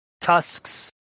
tusks